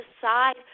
decide